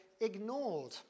Ignored